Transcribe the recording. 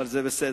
אבל זה בסדר.